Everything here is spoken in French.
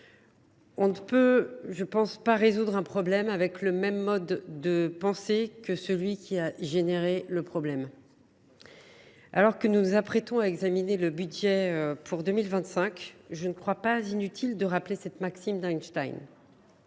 on ne peut pas résoudre un problème avec le même mode de pensée que celui qui a généré le problème ». Alors que nous nous apprêtons à examiner le projet de loi de finances pour 2025, je ne crois pas inutile de rappeler cette maxime d’Einstein.